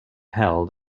held